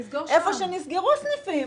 איפה שנסגרו סניפים,